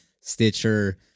Stitcher